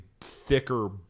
thicker